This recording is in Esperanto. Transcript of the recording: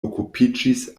okupiĝis